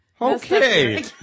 okay